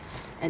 and